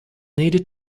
needed